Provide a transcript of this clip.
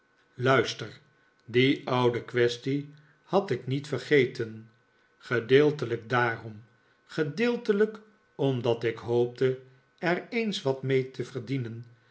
luister die oude quaestie had ik niet vergeten gedeeltelijk daarom gedeeltelijk omdat ik hoopte er eens wat mee te verdienen